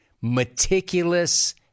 meticulous